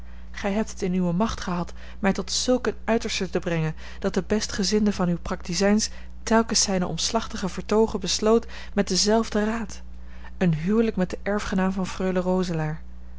gij hebt het in uwe macht gehad mij tot zulk een uiterste te brengen dat de bestgezinde van uwe praktizijns telkens zijne omslachtige vertoogen besloot met denzelfden raad een huwelijk met den erfgenaam van freule roselaer